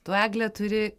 tu egle turi